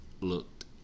looked